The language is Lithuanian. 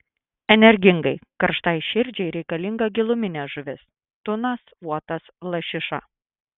energingai karštai širdžiai reikalinga giluminė žuvis tunas uotas lašiša